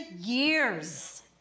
years